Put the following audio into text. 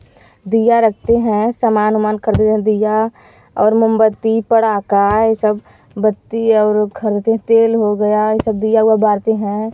दीया रखते हैं सामान उमान खरीदे और दीया और मोमबत्ती पटाखा यह सब बत्ती और खरीदे तेल हो गया यह सब दीया उआ बारते हैं